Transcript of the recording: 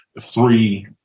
three